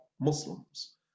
Muslims